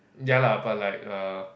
ya lah but like err